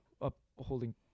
upholding